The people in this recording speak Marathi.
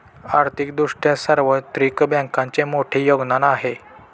आर्थिक दृष्ट्या सार्वत्रिक बँकांचे मोठे योगदान आहे